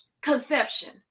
conception